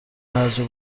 هرجا